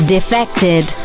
Defected